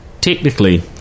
technically